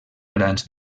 grans